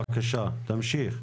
בבקשה, תמשיך.